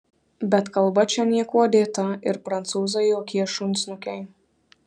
bet kalba čia niekuo dėta ir prancūzai jokie šunsnukiai